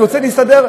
אני רוצה להסתדר,